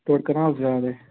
ڈۅڈ کٔنال زیادَے